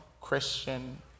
Christian